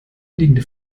liegende